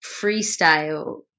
freestyle